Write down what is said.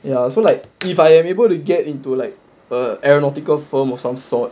ya so like if I am able to get into like a aeronautical firm of some sort